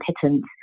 pittance